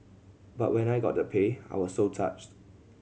but when I got the pay I was so touched